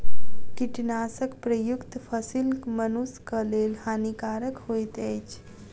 कीटनाशक प्रयुक्त फसील मनुषक लेल हानिकारक होइत अछि